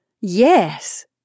Yes